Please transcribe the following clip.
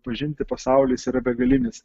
pažinti pasaulį jis yra begalinis